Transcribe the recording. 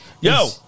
Yo